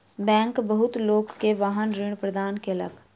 bank बहुत लोक के वाहन ऋण प्रदान केलक